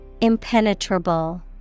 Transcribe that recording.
Impenetrable